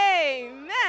Amen